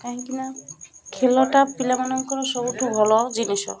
କାହିଁକି ନା ଖେଲଟା ପିଲାମାନଙ୍କର ସବୁଠୁ ଭଲ ଜିନିଷ